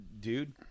Dude